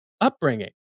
upbringing